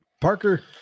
Parker